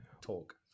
talk